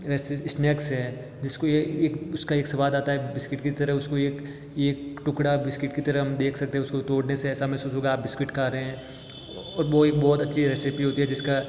जैसे स्नेक्स है जिसको ये एक उसका एक स्वाद आता है बिस्किट की तरह उसको एक एक टुकड़ा बिस्किट की तरह हम देख सकते हैं उसको तोड़ने से ऐसा महसूस होगा आप बिस्किट खा रहे हैं और वो एक बहुत अच्छी रेसिपी होती है जिसका